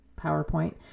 PowerPoint